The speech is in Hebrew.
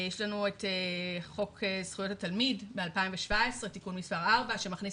יש לנו את חוק זכויות התלמיד מ-2017 תיקון מס' 4 שמכניס